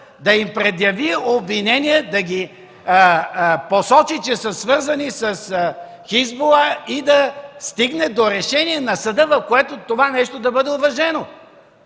да им предяви обвинение да ги посочи, че са свързани с „Хизбула” и да се стигне до решение на съда, в което това нещо да бъде уважено?